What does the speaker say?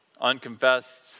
unconfessed